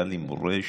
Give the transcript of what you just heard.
היה לי מורה,